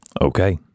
okay